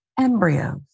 embryos